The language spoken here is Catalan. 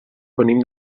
venim